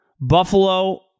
Buffalo